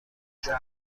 شده